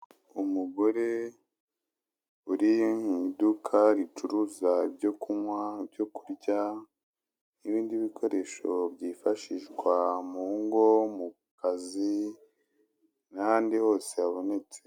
Umugore uri mu iduka ricuruza ibyo kunywa, ibyo kurya n'ibindi bikoresho byifashishwa mu ngo, mu kazi n'ahandi hose habonetse.